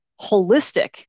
holistic